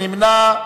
מי נמנע?